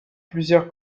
plusieurs